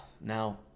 Now